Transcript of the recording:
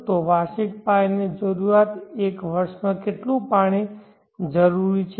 તો વાર્ષિક પાણીની જરૂરિયાત એક વર્ષમાં કેટલું પાણી જરૂરી છે